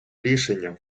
рішення